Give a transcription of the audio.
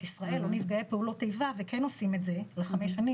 הביטחון של ישראל או נפגעי פעולות איבה וכן עושים את זה לחמש שנים,